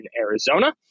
Arizona